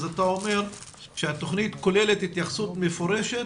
אתה אומר שהתכנית כוללת התייחסות מפורשת